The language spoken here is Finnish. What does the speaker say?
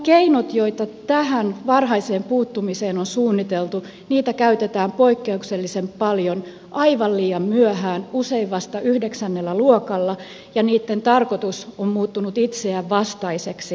keinoja joita tähän varhaiseen puuttumiseen on suunniteltu käytetään poikkeuksellisen paljon aivan liian myöhään usein vasta yhdeksännellä luokalla ja niitten tarkoitus on muuttunut itsensä vastaiseksi